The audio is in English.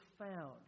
profound